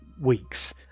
weeks